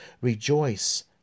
Rejoice